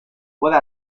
pueda